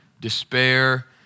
despair